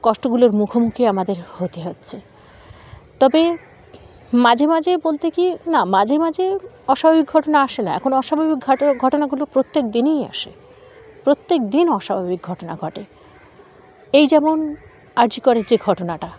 কষ্টগুলোর মুখোমুখি আমাদের হতে হচ্ছে তবে মাঝে মাঝে বলতে কি না মাঝে মাঝে অস্বাভাবিক ঘটনা আসে না এখন অস্বাভাবিক ঘট ঘটনাগুলো প্রত্যেক দিনেই আসে প্রত্যেক দিন অস্বাভাবিক ঘটনা ঘটে এই যেমন আরজিকের যে ঘটনাটা